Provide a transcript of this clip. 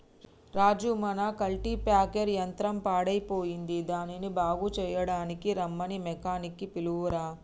రాజు మన కల్టిప్యాకెర్ యంత్రం పాడయ్యిపోయింది దానిని బాగు సెయ్యడానికీ రమ్మని మెకానిక్ నీ పిలువురా